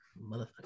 motherfucker